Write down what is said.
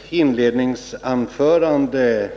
Herr talman! Jag nämnde i mitt inledningsanförande